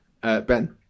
Ben